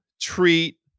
treat